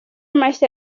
mashya